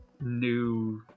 new